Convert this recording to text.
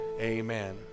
amen